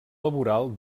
laboral